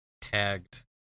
tagged